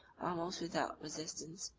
almost without resistance,